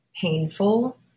painful